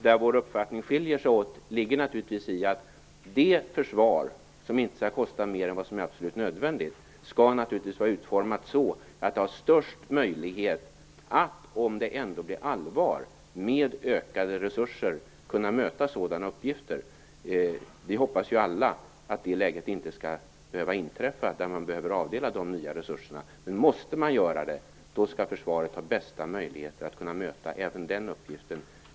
Där våra uppfattningar skiljer sig åt är att det försvar som inte skall kosta mer än vad som är absolut nödvändigt skall vara utformat så att det har störst möjlighet att, om det ändå blir allvar, med ökade resurser möta sina uppgifter. Vi hoppas ju alla att det läget inte skall behöva inträffa där vi behöver avdela de nya resurserna. Men måste man göra det skall försvaret ha bästa möjligheter att möta även den uppgiften.